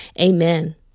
Amen